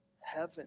Heaven